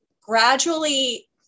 gradually